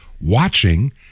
watching